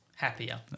Happier